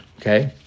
okay